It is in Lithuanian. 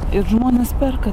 ir žmonės perka